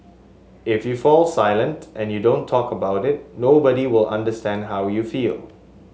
if you fall silent and you don't talk about it nobody will understand how you feel